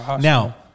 Now